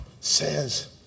says